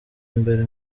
mbere